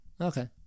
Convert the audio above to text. Okay